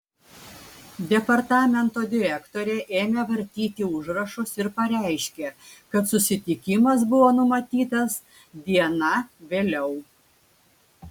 departamento direktorė ėmė vartyti užrašus ir pareiškė kad susitikimas buvo numatytas diena vėliau